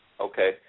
Okay